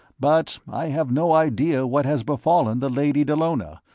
but i have no idea what has befallen the lady dallona,